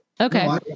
Okay